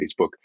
Facebook